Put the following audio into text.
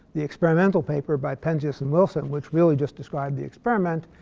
the experimental paper by penzias and wilson, which really just described the experiment,